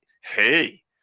Hey